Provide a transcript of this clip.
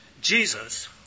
Jesus